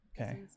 Okay